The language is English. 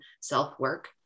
self-work